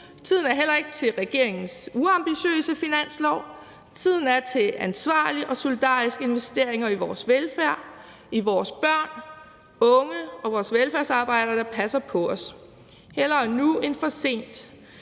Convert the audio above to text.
Tiden er heller ikke til regeringens uambitiøse finanslov. Tiden er til ansvarlige og solidariske investeringer i vores velfærd, i vores børn og unge og vores velfærdsarbejdere, der passer på os. Hellere nu end for sent,